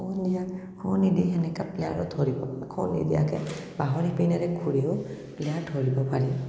খ' নিয়াত খ' দিনি সেনেকা প্লেয়াৰো ধৰিব খ' নিদিয়াকে বাঁহৰ ইপিনেৰে ঘূৰিও প্লেয়াৰ ধৰিব পাৰি